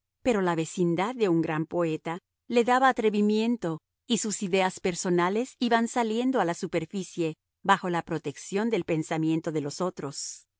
pero la vecindad de un gran poeta le daba atrevimiento y sus ideas personales iban saliendo a la superficie bajo la protección del pensamiento de los otros